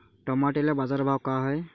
टमाट्याले बाजारभाव काय हाय?